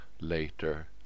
later